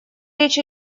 речь